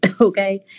Okay